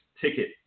ticket